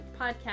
podcast